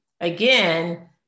Again